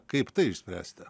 kaip tai išspręsti